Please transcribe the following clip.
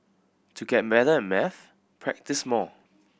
to get better at maths practise more